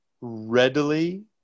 readily